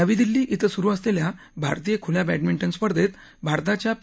नवी दिल्ली क्रि सुरु असलेल्या भारतीय खुल्या बॅंडमिंटन स्पर्धेत भारताच्या पी